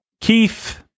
Keith